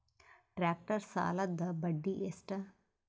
Tractor ಸಾಲದ್ದ ಬಡ್ಡಿ ಎಷ್ಟ?